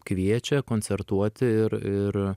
kviečia koncertuoti ir ir